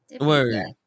Word